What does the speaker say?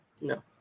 No